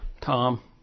Tom